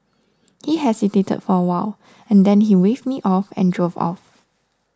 he hesitated for a while and then he waved me off and drove off